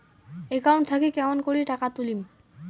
Account থাকি কেমন করি টাকা তুলিম?